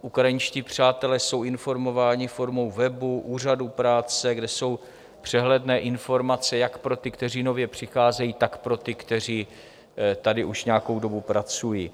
Ukrajinští přátelé jsou informování formou webu, úřadu práce, kde jsou přehledné informace jak pro ty, kteří nově přicházejí, tak pro ty, kteří tady už nějakou dobu pracují.